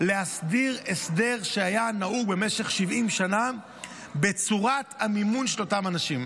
להסדיר הסדר שהיה נהוג במשך 70 שנה בצורת המימון של אותם אנשים.